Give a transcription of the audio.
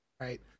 right